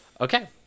okay